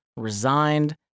Resigned